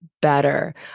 better